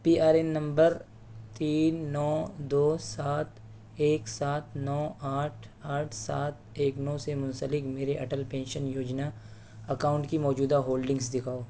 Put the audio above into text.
پی R N نمبر تین نو دو سات ایک سات نو آٹھ آٹھ سات ایک نو سے منسلک میرے اٹل پینشن یوجنا اکاؤنٹ کی موجودہ ہولڈنگز دکھاؤ